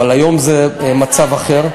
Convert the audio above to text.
אבל היום, זה מצב אחר.